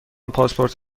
پاسپورت